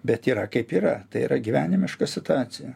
bet yra kaip yra tai yra gyvenimiška situacija